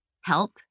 help